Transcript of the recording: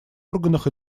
органах